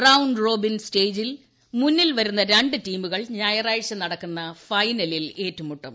round robin സ്റ്റേജിൽ മുന്നിൽ വരുന്ന രണ്ട് ടീമുകൾ ഞായറാഴ്ച നടക്കുന്ന ഫൈനലിൽ ഏറ്റുമുട്ടും